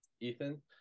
Ethan